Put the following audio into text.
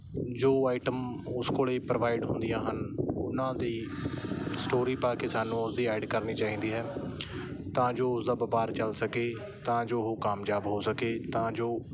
ਜੋ ਆਈਟਮ ਉਸ ਕੋਲ ਪ੍ਰੋਵਾਈਡ ਹੁੰਦੀਆਂ ਹਨ ਉਹਨਾਂ ਦੀ ਸਟੋਰੀ ਪਾ ਕੇ ਸਾਨੂੰ ਉਸਦੀ ਐਡ ਕਰਨੀ ਚਾਹੀਦੀ ਹੈ ਤਾਂ ਜੋ ਉਸਦਾ ਵਪਾਰ ਚੱਲ ਸਕੇ ਤਾਂ ਜੋ ਉਹ ਕਾਮਯਾਬ ਹੋ ਸਕੇ ਤਾਂ ਜੋ